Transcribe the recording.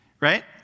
Right